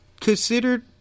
considered